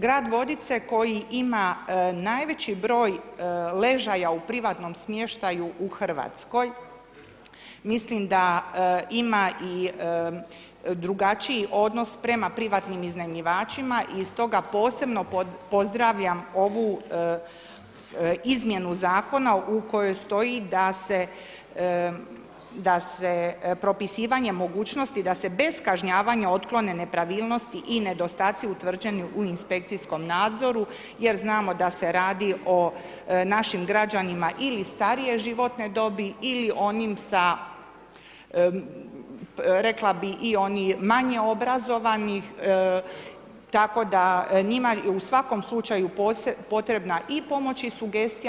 Grad Vodice koji ima najveći broj ležaja u privatnom smještaju u Hrvatskoj, mislim da ima i drugačiji odnos prema privatnim iznajmljivačima i stoga posebno pozdravljam ovu izmjenu zakona u kojoj stoji da se propisivanje mogućnosti, da se bez kažnjavanja otklone nepravilnosti i nedostaci utvrđeni u inspekcijskom nadzoru jer znamo da se radi o našim građanima ili starije životne dobi ili onim sa, rekla bih i oni manje obrazovani tako da njima je u svakom slučaju potrebna i pomoć i sugestija.